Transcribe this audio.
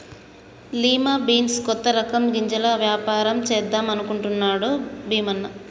lima beans కొత్త రకం గింజల వ్యాపారం చేద్దాం అనుకుంటున్నాడు భీమన్న